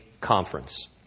conference